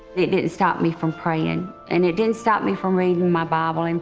it didn't stop me from praying. and it didn't stop me from reading my bible. in